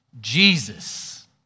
Jesus